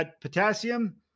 potassium